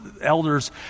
elders